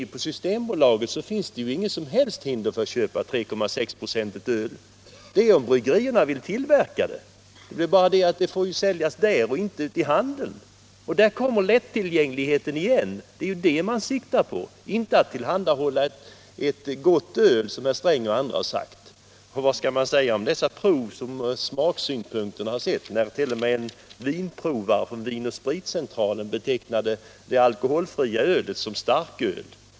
Men på systembolaget finns det inget som helst hinder att köpa 3,6-procentigt öl, om bryggerierna vill tillverka det. Men det får alltså säljas där och inte ute i handeln. Där kommer lättillgängligheten in i bilden igen. Man siktar alltså på att minska lättillgängligheten, inte på att låta bli att tillhandahålla en gott öl, som herr Sträng och andra har benämnt det. Men vad skall man säga om dessa smakprover som görs, när t.o.m. en vinprovare från Vinoch spritcentralen betecknade det alkoholfria ölet som starköl?